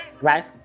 right